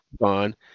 on